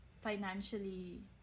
financially